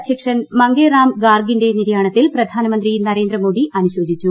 അധ്യക്ഷൻ മംങ്കെ റാം ഗാർഗിന്റെ നിര്യാണത്തിൽ പ്രധാനമന്ത്രി നരേന്ദ്രമോദി അനുശോചിച്ചു